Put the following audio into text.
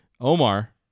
Omar